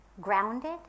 grounded